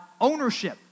ownership